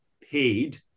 paid